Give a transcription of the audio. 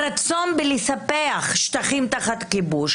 הרצון בלספח שטחים תחת כיבוש.